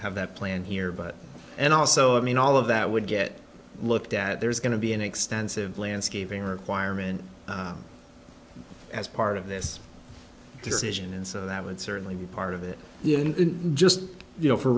have that plan here but and also i mean all of that would get looked at there's going to be an extensive landscaping requirement as part of this decision and so that would certainly be part of it just you know for